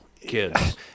Kids